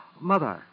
mother